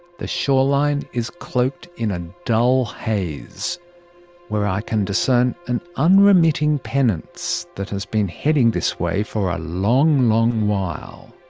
the shoreline is cloaked in a dull haze where i can discern an unremitting penance that has been heading this way for a long, long while.